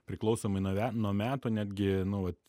priklausomai nuo nuo metų netgi nu vat